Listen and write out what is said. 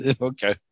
okay